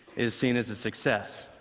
is seen as a success.